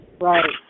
Right